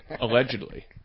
Allegedly